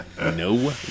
No